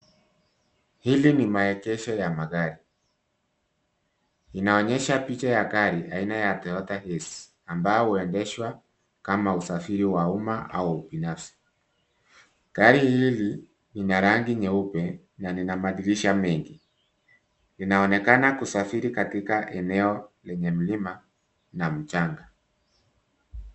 Hili ni maegesho ya magari, inaonyesha picha ya gari aina ya Toyota Hiace ambayo huendeshwa kama usafiri wa umma au ubinafsi. Gari hili lina rangi nyeupe na lina madirisha mengi. Inaonekana kusafiri katika eneo lenye mlima na mchanga.